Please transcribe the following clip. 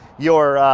your